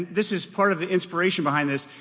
this is part of the inspiration behind this,